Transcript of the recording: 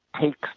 takes